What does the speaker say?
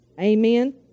Amen